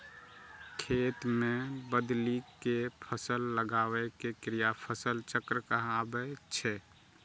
खेत मे बदलि कें फसल लगाबै के क्रिया फसल चक्र कहाबै छै